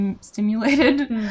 stimulated